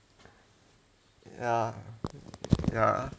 ya ya